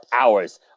hours